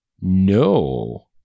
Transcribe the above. No